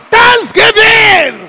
Thanksgiving